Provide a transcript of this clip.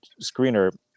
screener